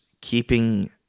keeping